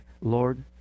Lord